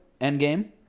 Endgame